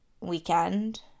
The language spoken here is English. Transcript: weekend